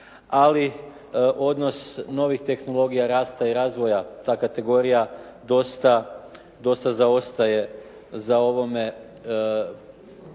ali odnos novih tehnologija rasta i razvoja ta kategorija dosta zaostaje za ovim